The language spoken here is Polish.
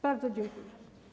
Bardzo dziękuję.